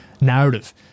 narrative